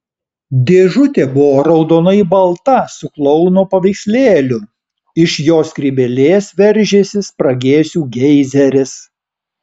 dėžutė buvo raudonai balta su klouno paveikslėliu iš jo skrybėlės veržėsi spragėsių geizeris